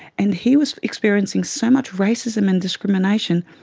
and he was experiencing so much racism and discrimination,